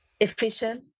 efficient